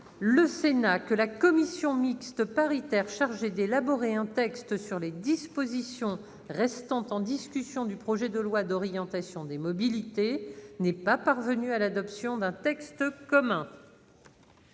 le Sénat que la commission mixte paritaire chargée d'élaborer un texte sur les dispositions restant en discussion du projet de loi d'orientation des mobilités n'est pas parvenue à l'adoption d'un texte commun.